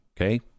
Okay